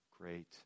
great